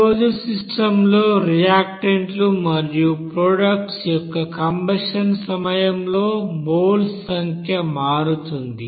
closed సిస్టమ్లో రియాక్టెంట్లు మరియు ప్రోడక్ట్ యొక్క కంబషణ్ సమయంలో మోల్స్ సంఖ్య మారుతుంది